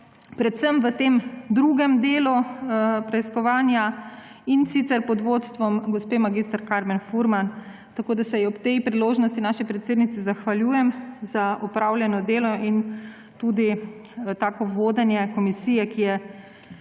predvsem v tem drugem delu preiskovanja, in sicer pod vodstvom gospe mag. Karmen Furman, tako da se ob tej priložnosti naši predsednici zahvaljujem za opravljeno delo in tudi tako vodenje komisije, ki je